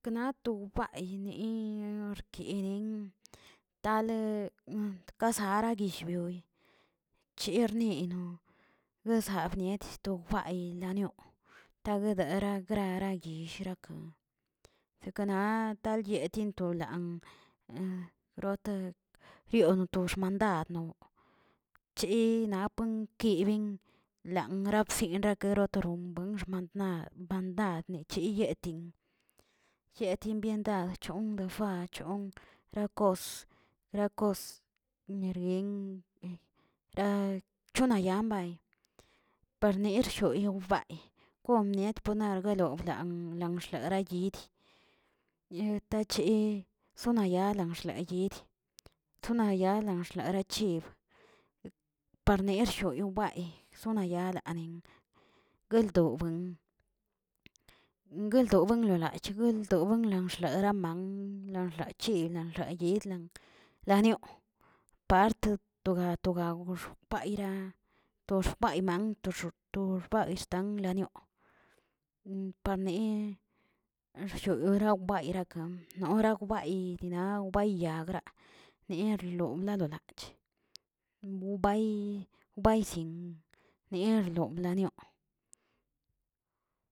Naꞌ to baynii niii orkiden tale kasara guillbyoyi, chirnino dezadbniet to bay lanioꞌ, tagadaꞌra grarayillraka zeknaꞌ talyetin to lanꞌ rota rioni to xmandadno chi napan kibin langran bsingaretoron buinxo na mandadne yiyetin yetin byendad chon defab chon rakos rakos nerieng ra chonayan bay parnil jsholowbaay kom miet ponar guelob lang langshlarayid- yid tachi sonan yaa lan yaa xlid, sonan yaa lan xlarachib, parnejshio lowbay zona yaa lanin gueldo bwen, gueldoꞌ bwen lo lach gueldo buwen lan xlaraman lan xlachil lanxla yidlan, lanioꞌ part to ga togao payraꞌ to xbayman tox to xbayistan lanioꞌ, panii xshoyobayrakam wrak bayi naꞌ wbaayi yaagra nierli yalolaach bobay wbaay zin nierlo lanioꞌ.